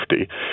safety